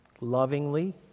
lovingly